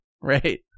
right